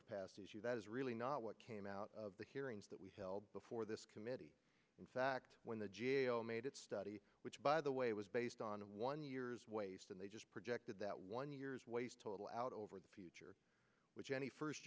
capacity issue that is really not what came out of the hearings that we held before this committee in fact when the g a o made its study which by the way was based on one years waste and they just projected that one years waste total out over the future which any first